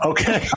Okay